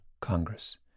Congress